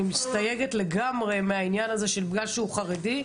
אני מסתייגת לגמרי מהעניין הזה שבגלל שהוא חרדי,